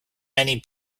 many